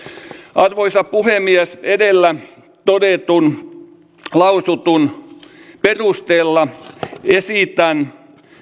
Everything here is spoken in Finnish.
arvoisa puhemies edellä todetun lausutun perusteella esitän